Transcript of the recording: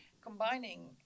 combining